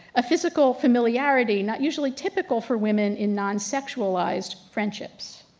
a physical familiarity not usually typical for women in non sexualized friendships.